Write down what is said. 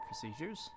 procedures